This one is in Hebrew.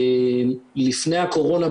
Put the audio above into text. לפני הקורונה,